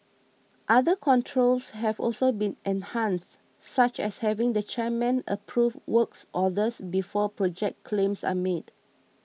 other controls have also been enhanced such as having the chairman approve works orders before project claims are made